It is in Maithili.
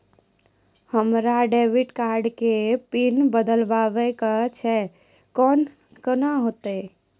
हमरा डेबिट कार्ड के पिन बदलबावै के छैं से कौन होतै?